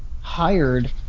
hired